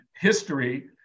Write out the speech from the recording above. history